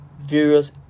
various